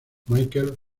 michael